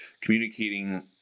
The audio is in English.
communicating